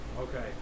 Okay